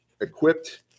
equipped